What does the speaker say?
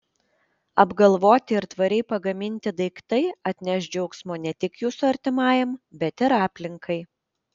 apgalvoti ir tvariai pagaminti daiktai atneš džiaugsmo ne tik jūsų artimajam bet ir aplinkai